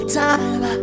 time